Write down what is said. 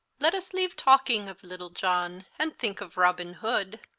lett us leave talking of little john, and thinke of robin hood,